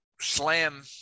Slam